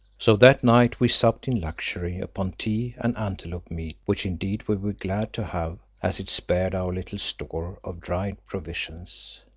so that night we supped in luxury upon tea and antelope meat, which indeed we were glad to have, as it spared our little store of dried provisions.